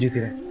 here.